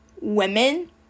women